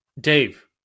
Dave